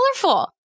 colorful